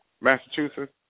Massachusetts